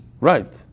Right